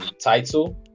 title